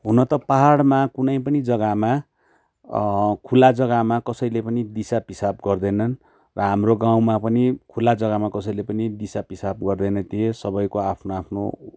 हुन त पाहाडमा कुनै पनि जग्गामा खुला जग्गामा कसैलै पनि दिसा पिसाब गर्दैनन् र हाम्रो गाउँमा पनि खुला जग्गामा कसैले पनि दिसा पिसाब गर्दैनथे सबैको आफ्नो आफ्नो